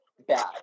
bad